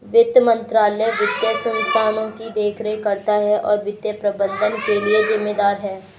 वित्त मंत्रालय वित्तीय संस्थानों की देखरेख करता है और वित्तीय प्रबंधन के लिए जिम्मेदार है